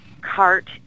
cart